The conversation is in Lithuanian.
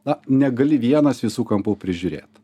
na negali vienas visų kampų prižiūrėt